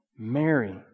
Mary